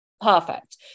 perfect